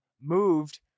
moved